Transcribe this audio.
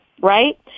right